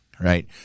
right